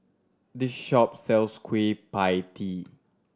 this shop sells Kueh Pie Tee